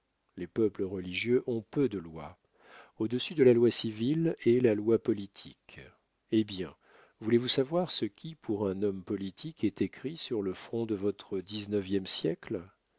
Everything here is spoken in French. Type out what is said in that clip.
les peuples religieux ont peu de lois au-dessus de la loi civile est la loi politique eh bien voulez-vous savoir ce qui pour un homme politique est écrit sur le front de votre dix-neuvième siècle